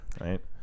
right